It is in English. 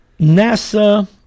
NASA